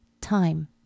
Time